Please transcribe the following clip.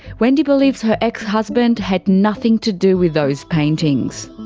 wendy believes her ex-husband had nothing to do with those paintings.